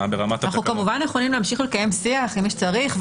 אנחנו כמובן יכולים להמשיך לקיים שיח עם מי שצריך,